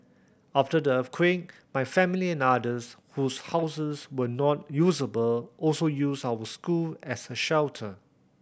after the earthquake my family and others whose houses were not usable also used our school as a shelter